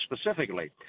specifically